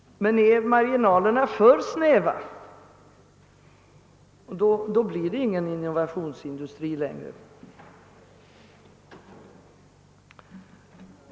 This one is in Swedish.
Men är dessa för snäva, kan det inte existera någon innovationsindustri längre.